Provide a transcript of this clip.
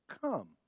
come